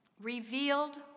revealed